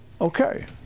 okay